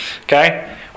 Okay